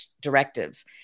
directives